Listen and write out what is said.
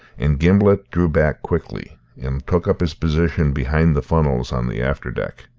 and gimblet drew back quickly and took up his position behind the funnels on the after-deck.